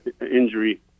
injury